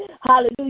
Hallelujah